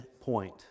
point